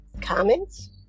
comments